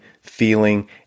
feeling